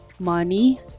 Money